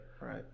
Right